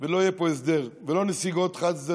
ולא יהיה פה הסדר, ולא נסיגות חד-צדדיות.